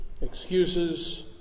excuses